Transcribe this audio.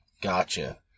Gotcha